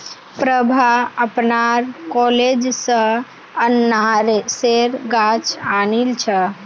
प्रभा अपनार कॉलेज स अनन्नासेर गाछ आनिल छ